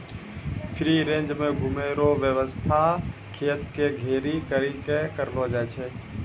free range मे घुमै रो वेवस्था खेत के घेरी करी के करलो जाय छै